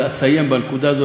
אסיים בנקודה הזאת,